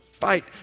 Fight